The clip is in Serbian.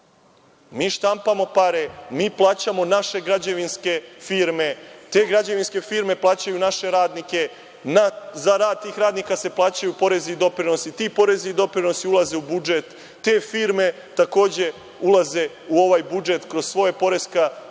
Mi štampamo pare, mi plaćamo naše građevinske firme, te građevinske firme plaćaju naše radnike, za rad tih radnika se plaćaju porezi i doprinosi, ti porezi i doprinosi ulaze u budžet, te firme ulaze u ovaj budžet kroz svoja poreska